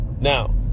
Now